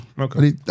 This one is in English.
Okay